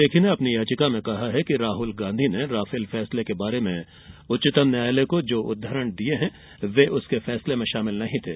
लेखी ने अपनी याचिका में कहा है कि राहुल गांधी ने राफेल फैसले के बारे में उच्चतम न्यायालय के जो उद्वरण दिये वे उसके फैसले में शामिल नहीं थे